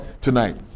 tonight